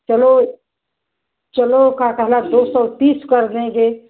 चलो चलो का कहना सौ सौ तीस कर देंगे